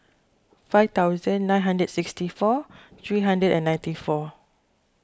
five thousand nine hundred and sixty four three hundred and ninety four